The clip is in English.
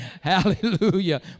hallelujah